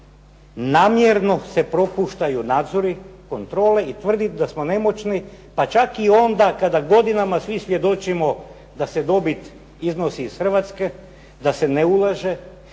namjerno se propuštaju nadzori, kontrole i tvrdim da smo nemoćni pa čak i onda kada godinama svi svjedočimo da se dobit iznosi iz Hrvatske, da se ne ulaže,